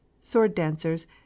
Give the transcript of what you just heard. sword-dancers